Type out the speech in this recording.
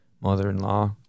mother-in-law